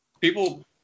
People